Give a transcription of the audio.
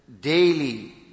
daily